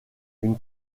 une